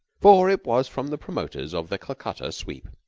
for it was from the promoters of the calcutta sweep,